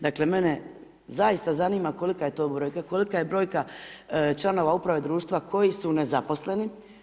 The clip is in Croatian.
Dakle mene zaista zanima kolika je to brojka, kolika je brojka članova uprave društva koji su nezaposleni?